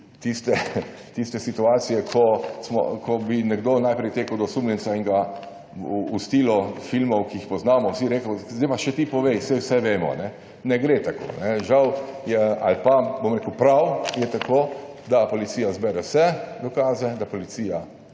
tiste situacije, ko bi nekdo najprej tekel do osumljenca in ga v stilu filmov, ki jih poznamo rekel, zdaj pa še ti povej, saj vse vemo. Ne gre tako. Žal je ali pa prav je tako, da policija zbere vse dokaze, da policija